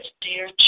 dear